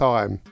Time